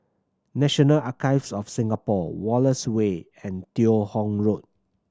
National Archives of Singapore Wallace Way and Teo Hong Road